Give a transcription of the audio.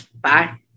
Bye